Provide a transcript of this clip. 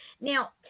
Now